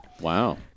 Wow